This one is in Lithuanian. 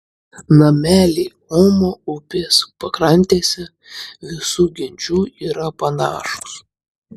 nameliai omo upės pakrantėse visų genčių yra panašūs